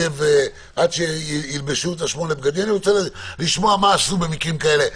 עד שילבשו את שמונה הבגדים אני רוצה לשמוע מה עשו במקרים כאלה,